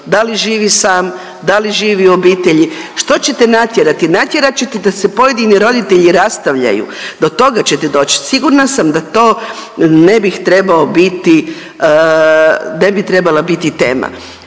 da li živi sam, da li živi u obitelji. Što ćete natjerati? Natjerati ćete da se pojedini roditelji rastavljaju, do toga ćete doći. Sigurna sam da to ne bih trebao biti, ne